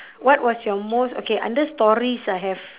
what was your most okay under stories I have